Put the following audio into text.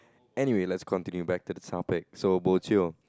anyway let's continue back to the topic so bo-jio